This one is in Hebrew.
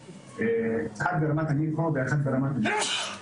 אחד ברמת המיקרו ואחד ברמת המאקרו.